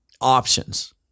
options